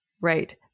right